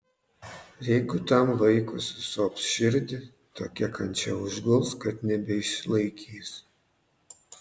jeigu tam vaikui susops širdį tokia kančia užguls kad nebeišlaikys